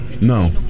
no